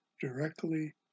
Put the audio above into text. directly